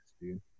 dude